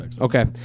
Okay